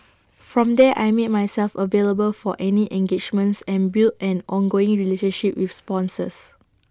from there I made myself available for any engagements and built an ongoing relationship with sponsors